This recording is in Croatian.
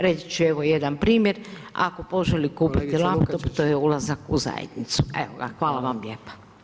Reći ću evo jedan primjer, ako poželi kupiti laptop, to je ulazak u zajednicu, evo ga, hvala vam lijepa.